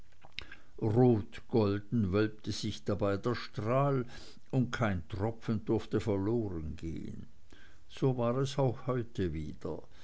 rotgolden wölbte sich dabei der strahl und kein tropfen durfte verlorengehen so war es auch heute wieder